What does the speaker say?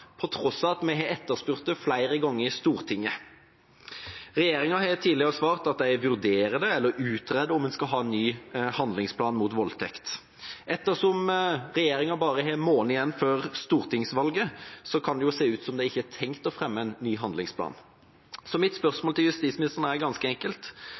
på tross av at vi har etterspurt det flere ganger i Stortinget. Regjeringa har tidligere svart at de vurderer det, eller utreder om man skal ha en ny handlingsplan mot voldtekt. Ettersom regjeringa bare har måneder igjen før stortingsvalget, kan det se ut som om de ikke har tenkt å fremme en ny handlingsplan. Mitt spørsmål til justisministeren er ganske enkelt: